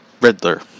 Riddler